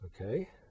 okay